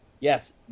Yes